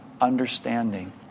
understanding